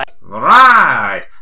Right